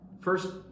First